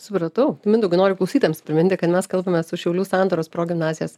supratau mindaugai noriu klausytojams priminti kad mes kalbamės su šiaulių sandoros progimnazijos